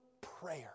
prayer